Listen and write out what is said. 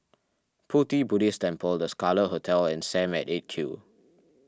Pu Ti Buddhist Temple the Scarlet Hotel and Sam at eight Q